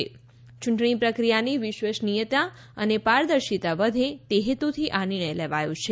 યૂંટણી પ્રક્રિયાની વિશ્વસનીયતા અને પારદર્શિતા વધે તે હેતુથી આ નિર્ણય લેવાયો છે